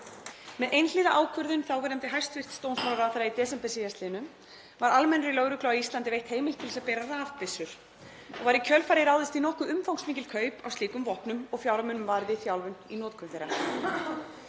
Með einhliða ákvörðun þáverandi hæstv. dómsmálaráðherra í desember síðastliðnum var almennri lögreglu á Íslandi veitt heimild til að bera rafbyssur og var í kjölfarið ráðist í nokkuð umfangsmikil kaup á slíkum vopnum og fjármunum varið í þjálfun í notkun þeirra.